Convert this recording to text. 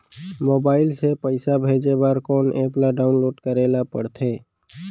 Mobile से पइसा भेजे बर कोन एप ल डाऊनलोड करे ला पड़थे?